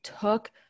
took